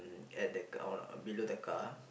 mm at the oh below the car